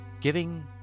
giving